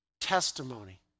testimony